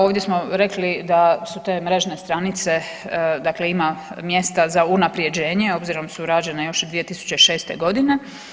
Ovdje smo rekli da su te mrežne stranice, dakle ima mjesta za unaprjeđenje obzirom su rađene još 2006.g.